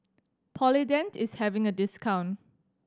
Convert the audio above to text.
Polident is having a discount